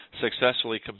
successfully